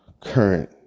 current